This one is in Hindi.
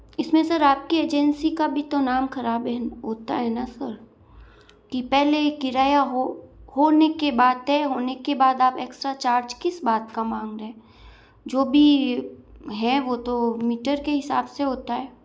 इस में सर आप के एजेंसी का भी तो नाम ख़राब है होता है ना सर कि पहले किराया हो होने की बात होने के बाद आप एक्स्ट्रा चार्ज किस बात का माँग रहे हैं जो भी है वो तो मीटर के हिसाब से होता है